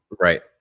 right